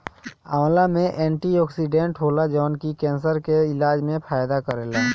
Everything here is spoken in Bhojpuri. आंवला में एंटीओक्सिडेंट होला जवन की केंसर के इलाज में फायदा करेला